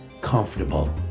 comfortable